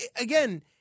again